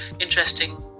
interesting